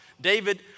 David